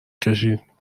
کشید